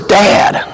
dad